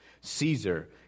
Caesar